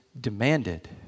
demanded